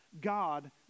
God